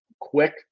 quick